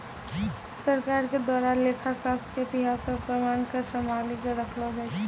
सरकार के द्वारा लेखा शास्त्र के इतिहास रो प्रमाण क सम्भाली क रखलो जाय छै